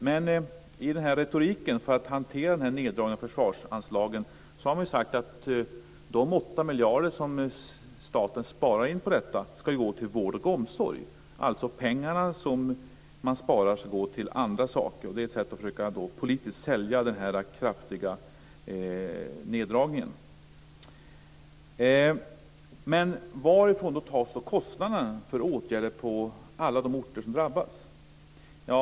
Men i retoriken, när man ska hantera neddragningen av försvarsanslagen, har man sagt att de 8 miljarder som staten sparar in på detta ska gå till vård och omsorg. De pengar man sparar ska alltså gå till andra saker. Det är ett sätt att politiskt försöka sälja den kraftiga neddragningen. Men varifrån tas pengar till kostnaderna för åtgärder på alla de orter som drabbas?